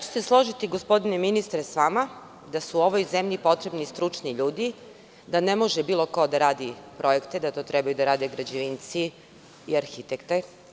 Složiću se, gospodine ministre, sa vama da su ovoj zemlji potrebni stručni ljudi, da ne može bilo ko da radi projekte, da to treba da rade građevinci i arhitekte.